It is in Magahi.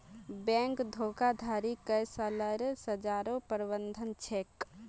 बैंक धोखाधडीत कई सालेर सज़ारो प्रावधान छेक